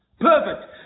perfect